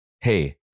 Hey